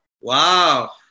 Wow